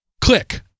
click